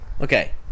Okay